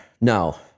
No